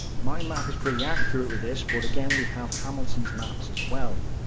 my map is pretty accurate with this, but again we have hamilton's maps as well.